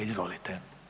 Izvolite.